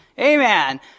Amen